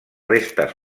restes